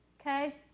okay